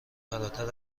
فراتر